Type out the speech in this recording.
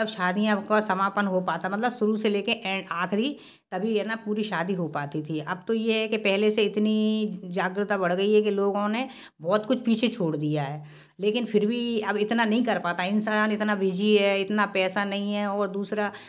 तब शादियाँ अब को समापन हो पता मतलब शुरू से ले कर एन आख़री तभी ये ना पूरी शादी हो पाती थी अब तो ये है कि पहले से इतनी जागृता बढ़ गई है कि लोगों ने बहुत कुछ पीछे छोड़ दिया है लेकिन फिर भी अब इतना नहीं कर पाता इंसान इतना बिजी है इतना पैसा नहीं है और दूसरा